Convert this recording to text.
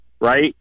right